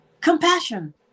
compassion